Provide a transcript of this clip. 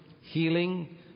healing